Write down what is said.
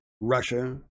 Russia